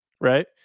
Right